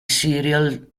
serial